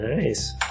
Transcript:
Nice